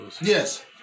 Yes